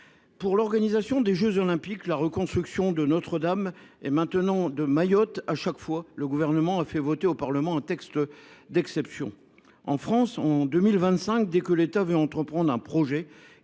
Pour l’organisation des jeux Olympiques, la reconstruction de Notre Dame et maintenant celle de Mayotte, à chaque fois, le Gouvernement a fait voter au Parlement un texte d’exception. En France, en 2025, dès que l’État veut entreprendre un projet,